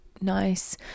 Nice